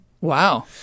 Wow